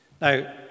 Now